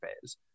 phase